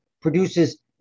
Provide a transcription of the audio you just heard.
produces